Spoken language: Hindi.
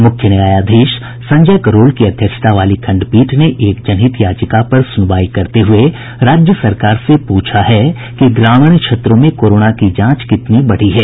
मुख्य न्यायाधीश संजय करोल की अध्यक्षता वाली खंडपीठ ने एक जनहित याचिका पर सुनवाई करते हुए राज्य सरकार से पूछा है कि ग्रामीण क्षेत्रों में कोरोना की जांच कितनी बढ़ी है